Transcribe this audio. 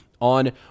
on